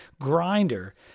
Grinder